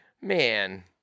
man